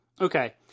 Okay